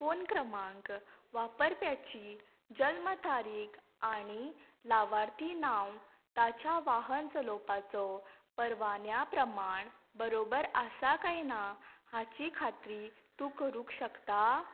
phone क्रमांक वापरप्याची जल्म तारीक आनी लावार्थी नांव ताच्या वाहन चलोवपाचो परवाण्या प्रमाण बरोबर आसा कांय ना हाची खात्री तूं करूंक शकता